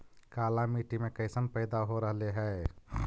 काला मिट्टी मे कैसन पैदा हो रहले है?